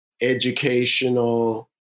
educational